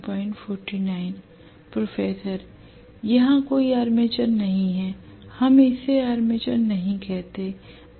professor यहां कोई armature नहीं है हम इसे आर्मेचर नहीं कहते हैं